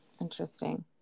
Interesting